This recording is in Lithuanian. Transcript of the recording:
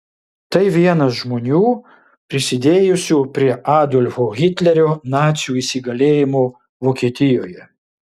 tai vienas žmonių prisidėjusių prie adolfo hitlerio nacių įsigalėjimo vokietijoje